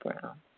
Brown